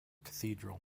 cathedral